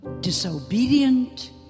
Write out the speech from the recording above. disobedient